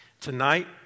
Tonight